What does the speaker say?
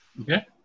Okay